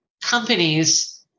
companies